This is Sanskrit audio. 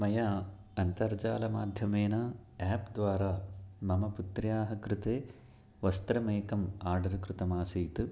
मया अन्तर्जालमाध्यमेन आप् द्वारा मम पुत्र्याः कृते वस्त्रम् एकम् ओर्डर् कृतम् आसीत्